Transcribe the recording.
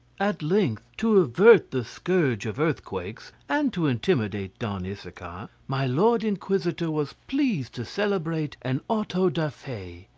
at length, to avert the scourge of earthquakes, and to intimidate don issachar, my lord inquisitor was pleased to celebrate an auto-da-fe.